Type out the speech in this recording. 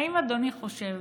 האם אדוני חושב